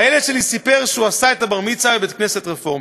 והילד שלי סיפר שהוא עשה את בר-המצווה בבית-כנסת רפורמי.